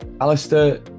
Alistair